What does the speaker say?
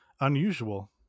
unusual